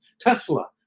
tesla